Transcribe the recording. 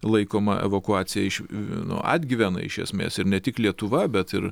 laikoma evakuacija iš nu atgyvena iš esmės ir ne tik lietuva bet ir